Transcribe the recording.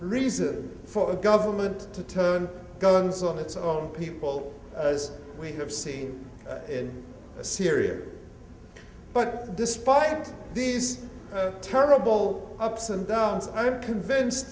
reason for the government to turn goings on its own people as we have seen in syria but despite these terrible ups and downs i'm convinced